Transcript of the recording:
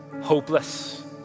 hopeless